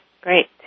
Great